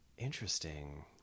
Interesting